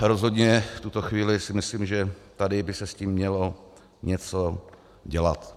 Rozhodně v tuto chvíli si myslím, že tady by se s tím mělo něco dělat.